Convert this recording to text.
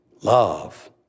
Love